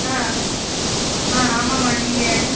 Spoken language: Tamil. ஆ ஆ ஆமாம்மா நீங்கள் யார்